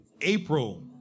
April